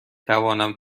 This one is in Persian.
توانم